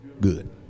good